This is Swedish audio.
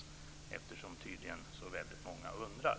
Det är ju tydligen väldigt många som undrar.